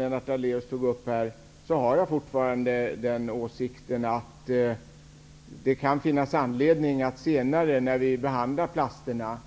Lennart Daléus tog upp oron för PET. Min åsikt är fortfarande att det kan finnas anledning att ta upp PET när vi senare behandlar frågan om plasterna.